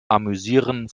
amüsieren